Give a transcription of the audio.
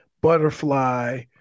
butterfly